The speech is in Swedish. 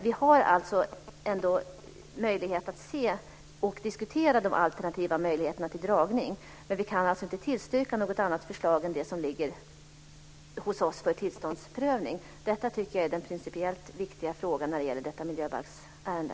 Vi har alltså möjlighet att se och diskutera de alternativa dragningarna, men vi kan inte tillstyrka något annat förslag än det som ligger hos oss när det gäller tillståndprövning. Detta tycker jag är den principiellt viktiga frågan när det gäller detta miljöbalksärende.